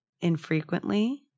infrequently